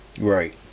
Right